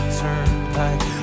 turnpike